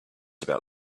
about